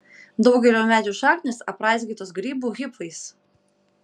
daugelio medžių šaknys apraizgytos grybų hifais